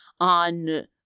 on